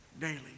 daily